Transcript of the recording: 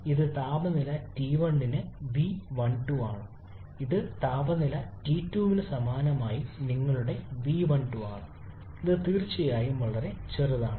അതിനാൽ ഇത് താപനില ടി 1 ന് വി 12 ആണ് ഇത് താപനില ടി 2 ന് സമാനമായ നിങ്ങളുടെ വി 12 ആണ് ഇത് തീർച്ചയായും വളരെ ചെറുതാണ്